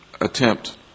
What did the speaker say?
attempt